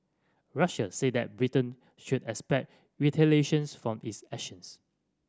Russia said that Britain should expect retaliations for its actions